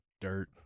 dirt